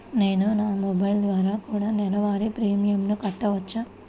నేను నా మొబైల్ ద్వారా కూడ నెల వారి ప్రీమియంను కట్టావచ్చా?